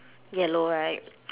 yellow right